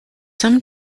some